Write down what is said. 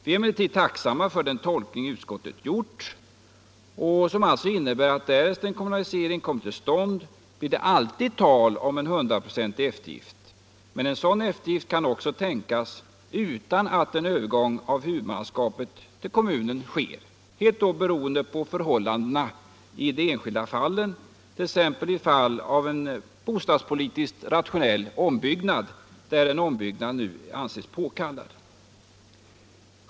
Vi är emellertid tacksamma för den tolkning utskottet gör och som alltså innebär att därest en kommunalisering kommer till stånd blir det alltid tal om en 100-procentig eftergift, men en sådan eftergift kan också tänkas utan en övergång av huvudmannaskapet till kommunen, beroende på förhållandena i de särskilda fallen t.ex. vid en bostadspolitiskt rationell ombyggnad där en sådan erfordras.